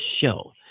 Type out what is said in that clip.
show